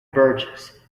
burgess